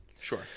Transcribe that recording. Sure